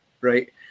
right